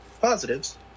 Positives